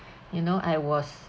you know I was